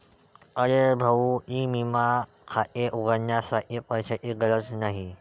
अरे भाऊ ई विमा खाते उघडण्यासाठी पैशांची गरज नाही